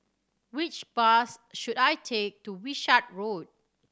which bus should I take to Wishart Road